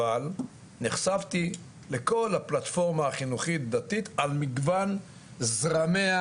אבל נחשפתי לכל הפלטפורמה החינוכית דתית על מגוון זרמיה